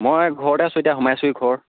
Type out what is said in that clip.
মই ঘৰতে আছো এতিয়া সোমাইছোহি ঘৰ